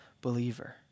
believer